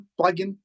plugin